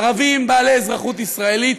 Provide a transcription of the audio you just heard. ערבים בעלי אזרחות ישראלית,